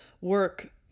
work